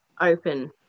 open